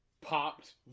popped